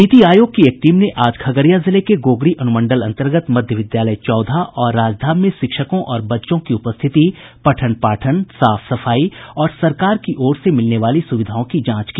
नीति आयोग की एक टीम ने आज खगड़िया जिले के गोगरी अनुमंडल अन्तर्गत मध्य विद्यालय चौधा और राजधाम में शिक्षकों और बच्चों की उपस्थिति पठन पाठन साफ सफाई और सरकार की ओर से मिलने वाली सुविधाओं की जांच की